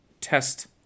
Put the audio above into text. test